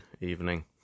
evening